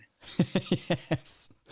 yes